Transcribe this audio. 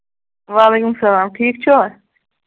وعلیکُم اسلام ٹھیٖک چھِوا